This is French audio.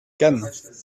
cannes